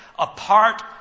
Apart